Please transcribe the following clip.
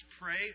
pray